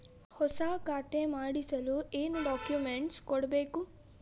ಹೊಸ ಖಾತೆ ಮಾಡಿಸಲು ಏನು ಡಾಕುಮೆಂಟ್ಸ್ ಕೊಡಬೇಕು?